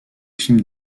films